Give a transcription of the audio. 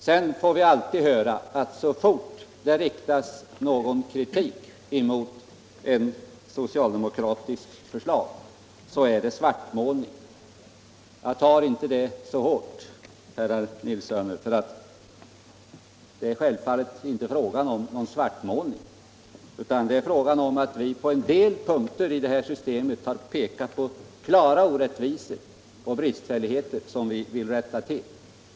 Vi får alltid höra att så fort det riktats någon kritik mot ett socialdemokratiskt förslag så är det svartmålning. Jag tar inte det så hårt, herr Nilsson i Kristianstad och herr Nilsson i Norrköping, för det är självfallet inte fråga om någon svartmålning, utan det är fråga om att vi på en del punkter i det här systemet har pekat på klara orättvisor och bristfälligheter som vi vill rätta till.